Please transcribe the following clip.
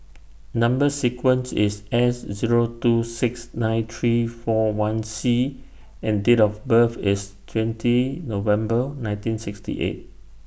Number sequence IS S Zero two six nine three four one C and Date of birth IS twenty November nineteen sixty eight